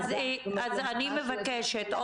אז אני אעדכן.